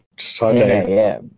Sunday